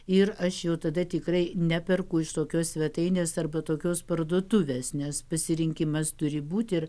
ir aš jau tada tikrai neperku iš tokios svetainės arba tokios parduotuvės nes pasirinkimas turi būt ir